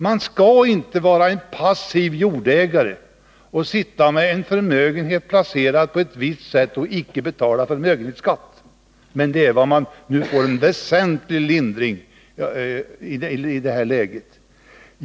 Det skall inte vara så att en passiv jordägare som sitter med sin förmögenhet placerad på ett visst sätt skall slippa undan förmögenhetsskatt. Vad som nu sker är att dessa personer får en väsentlig skattelindring.